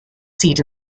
seat